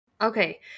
Okay